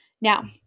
Now